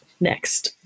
next